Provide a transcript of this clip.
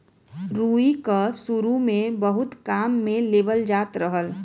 रुई क सुरु में बहुत काम में लेवल जात रहल